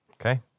Okay